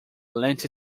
lent